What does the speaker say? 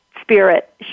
spirit